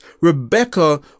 Rebecca